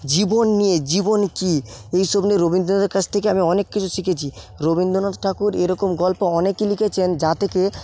জীবন নিয়ে জীবন কি এইসব নিয়ে রবিন্দ্রনাথের কাছ থেকে আমি অনেক কিছু শিখেছি রবিন্দ্রনাথ ঠাকুর এরকম গল্প অনেকেই লিখেছেন যা থেকে